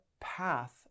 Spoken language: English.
path